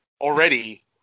already